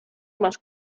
más